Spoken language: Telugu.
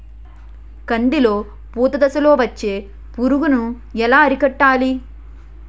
కందిలో పూత దశలో వచ్చే పురుగును ఎలా అరికట్టాలి?